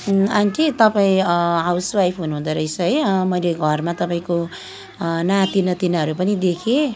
aunty तपाईँ housewife हुनुहुँदो रहेछ है मैले घरमा तपाईँको नाति नातिनाहरू पनि देखेँ